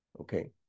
Okay